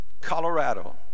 Colorado